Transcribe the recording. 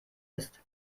ist